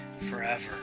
forever